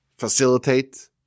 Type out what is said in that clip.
facilitate